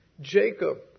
Jacob